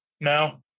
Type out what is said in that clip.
No